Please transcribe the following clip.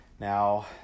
Now